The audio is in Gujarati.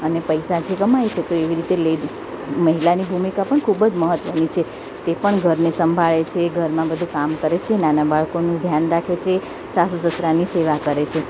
અને પૈસા જે કમાય છે તો એવી રીતે મહિલાની ભૂમિકા પણ ખૂબજ મહત્ત્વની છે તે પણ ઘરને સંભાળે છે ઘરમાં બધું કામ કરે છે નાના બાળકોનું ધ્યાન રાખે છે સાસુ સસરાની સેવા કરે છે